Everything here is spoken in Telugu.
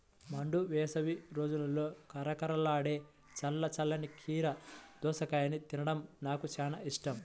మండు వేసవి రోజుల్లో కరకరలాడే చల్ల చల్లని కీర దోసకాయను తినడం నాకు చాలా ఇష్టం